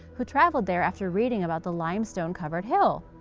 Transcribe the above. who traveled there after reading about the limestone-covered hill.